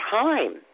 time